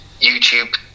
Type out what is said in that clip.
YouTube